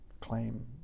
claim